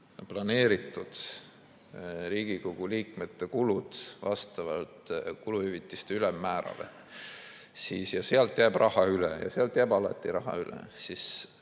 planeeritud Riigikogu liikmete kulud vastavalt kuluhüvitiste ülemmäärale ja sealt jääb raha üle – sealt jääb alati raha üle –,